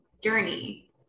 journey